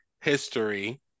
history